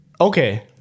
Okay